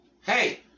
hey